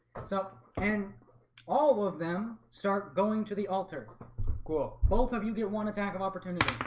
so and all of them start going to the altar cool both of you get one attack of opportunity